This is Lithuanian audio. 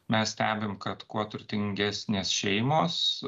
mes stebim kad kuo turtingesnės šeimos